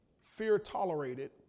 fear-tolerated